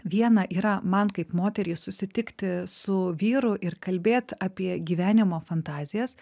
viena yra man kaip moteriai susitikti su vyru ir kalbėt apie gyvenimo fantazijas